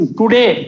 today